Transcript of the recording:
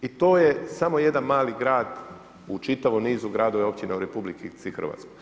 I to je samo jedan mali grad u čitavoj nizu gradova i općina u RH.